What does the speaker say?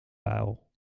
bijl